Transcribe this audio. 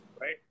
Right